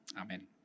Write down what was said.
Amen